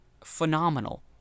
phenomenal